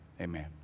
amen